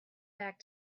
back